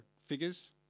figures